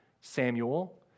Samuel